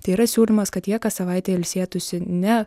tai yra siūlymas kad jie kas savaitę ilsėtųsi ne